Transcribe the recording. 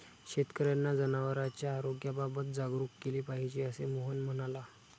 शेतकर्यांना जनावरांच्या आरोग्याबाबत जागरूक केले पाहिजे, असे मोहन म्हणाला